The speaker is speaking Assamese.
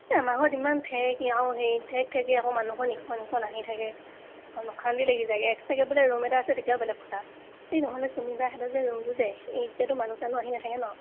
এই আমাৰ ঘৰত ইমান ঠেক আৰু হেৰি ঠেক ঠেকেই আৰু মানুহৰ ইখন সিখন আহি থাকে এইখন অশান্তি লাগি যায়গৈ এক্সট্ৰাকৈ বোলে ৰূম এটা আছে তেতিয়াও বেলেগ কথা এই নহ'লে চুমিবাহঁতৰ ৰূমটো যে এই এতিয়তো মানুহ চানুহ আহি নাথাকে ন